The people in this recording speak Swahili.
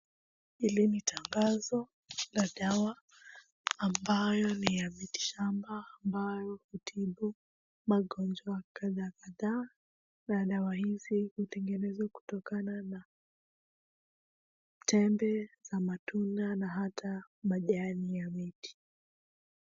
Hili ni tangazo la dawa ambayo ni ya miti shamba ambayo utibu magonjwa kadhaa kadhaa na dawa hizi utengenezwa kutokana na tembe za matunda na hata majani ya miti